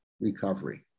recovery